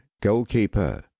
goalkeeper